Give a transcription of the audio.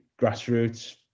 grassroots